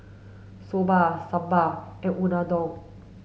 Soba Sambar and Unadon